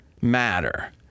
matter